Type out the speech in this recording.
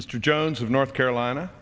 mr jones of north carolina